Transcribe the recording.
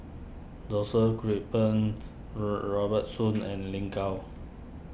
Joseph Grimberg Robert Soon and Lin Gao